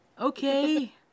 okay